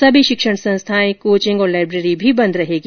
सभी शिक्षण संस्थाएं कॉचिंग और लाइब्रेरी भी बन्द रहेगी